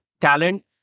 talent